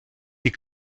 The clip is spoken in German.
die